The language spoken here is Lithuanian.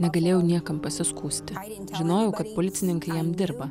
negalėjau niekam pasiskųsti žinojau kad policininkai jam dirba